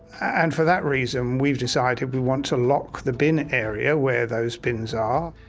and for that reason we've decided we want to lock the bin area where those bins are.